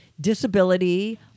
disability